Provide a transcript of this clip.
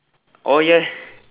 oh ya